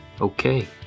Okay